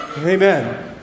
Amen